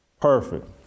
Perfect